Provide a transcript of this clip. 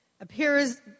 appears